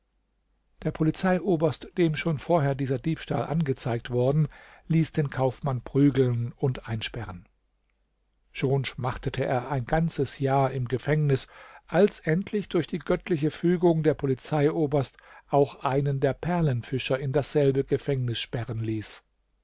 der polizeioberst dem schon vorher dieser diebstahl angezeigt worden ließ den kaufmann prügeln und einsperren schon schmachtete er ein ganzes jahr im gefängnis als endlich durch die göttliche fügung der polizeioberst auch einen der perlenfischer in dasselbe gefängnis sperren ließ